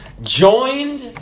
joined